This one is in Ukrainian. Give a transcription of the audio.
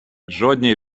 жодній